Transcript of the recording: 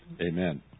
Amen